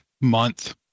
month